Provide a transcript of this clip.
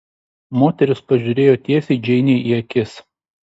moteris pažiūrėjo tiesiai džeinei į akis